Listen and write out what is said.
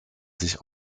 sich